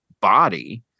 body